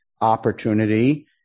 opportunity